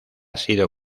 sido